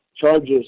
charges